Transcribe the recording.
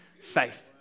faith